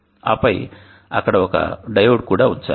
ఆపై అక్కడ ఒక డయోడ్ కూడా ఉంచాలి